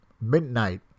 midnight